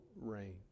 rain